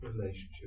relationship